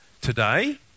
Today